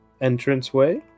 entranceway